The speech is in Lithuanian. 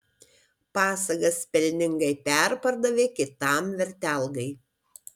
pasagas pelningai perpardavė kitam vertelgai